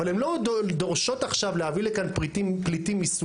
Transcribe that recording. אבל הן לא דורשות עכשיו להביא לכאן פליטים מסודאן,